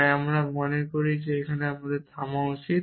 তাই আমি মনে করি আমাদের এখানেই থামা উচিত